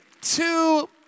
two